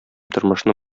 тормышны